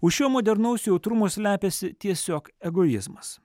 už šio modernaus jautrumo slepiasi tiesiog egoizmas